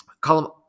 column